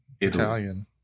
Italian